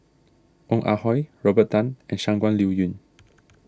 Ong Ah Hoi Robert Tan and Shangguan Liuyun